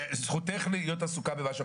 צריכה להכניס עוד כספים מבחוץ,